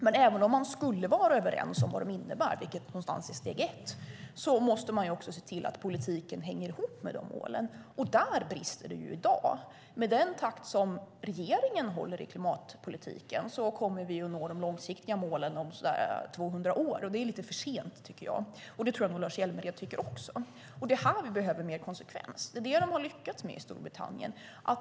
Men även om man skulle vara överens om vad de innebär, vilket någonstans är steg ett, måste man också se till att politiken hänger ihop med de målen. Där brister det i dag. Med den takt som regeringen håller i klimatpolitiken kommer vi att nå de långsiktiga målen om så där 200 år. Det är lite för sent, tycker jag, och det tror jag nog att även Lars Hjälmered tycker. Det är här vi behöver mer konsekvens. Det är det de har lyckats med i Storbritannien.